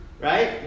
Right